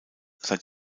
seit